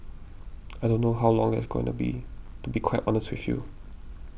I don't know how long that's going to be to be quite honest with you